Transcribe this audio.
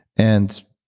and